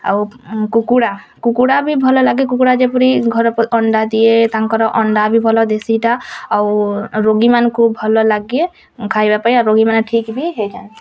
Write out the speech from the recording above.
ଆଉ କୁକୁଡ଼ା କୁକୁଡ଼ା ବି ଭଲ ଲାଗେ କୁକୁଡ଼ା ଯେପରି ଘରେ ଅଣ୍ଡା ଦିଏ ତାଙ୍କର ଅଣ୍ଡା ବି ଭଲ ଦେଶୀଟା ଆଉ ରୋଗୀମାନଙ୍କୁ ଭଲ ଲାଗେ ଖାଇବା ପାଇଁ ଆଉ ରୋଗୀ ଠିକ୍ ବି ହେଇଯାନ୍ତି